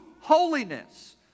holiness